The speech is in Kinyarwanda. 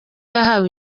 yahawe